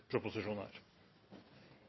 proposisjonen, er